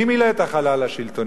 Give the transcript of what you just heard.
מי מילא את החלל השלטוני?